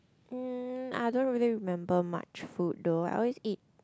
mm I don't really remember much food though I always eat